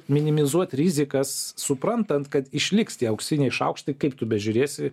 minimizuot rizikas suprantant kad išliks tie auksiniai šaukštai kaip tu bežiūrėsi